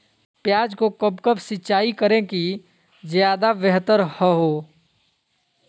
प्याज को कब कब सिंचाई करे कि ज्यादा व्यहतर हहो?